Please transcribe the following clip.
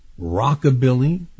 rockabilly